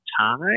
time